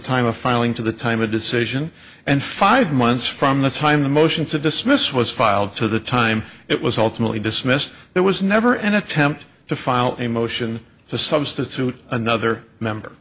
time of filing to the time a decision and five months from the time the motion to dismiss was filed to the time it was ultimately dismissed there was never an attempt to file a motion to substitute another member